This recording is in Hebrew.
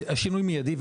זה שינוי מידי.